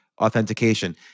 authentication